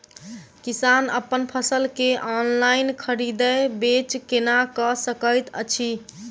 किसान अप्पन फसल केँ ऑनलाइन खरीदै बेच केना कऽ सकैत अछि?